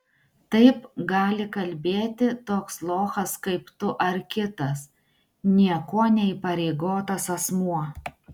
taip gali kalbėti toks lochas kaip tu ar kitas niekuo neįpareigotas asmuo